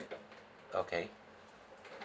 okay